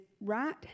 right